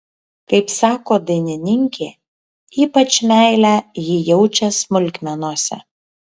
kaip sako dainininkė ypač meilę ji jaučia smulkmenose